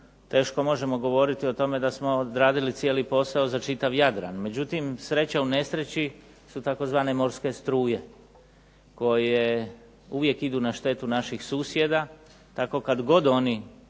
teško možemo govoriti o tome da smo odradili posao za čitav Jadran, međutim, sreća u nesreći su tzv. Morske struje koje uvijek idu na štetu naših susjeda, tako kada god oni